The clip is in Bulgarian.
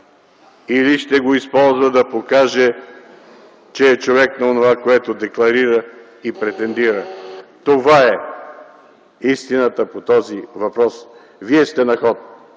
или ще го използва, за да покаже, че е човек на онова, което декларира и претендира. Това е истината по този въпрос. Вие сте на ход,